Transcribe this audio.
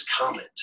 comment